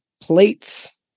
plates